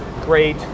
great